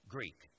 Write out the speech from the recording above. Greek